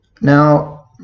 Now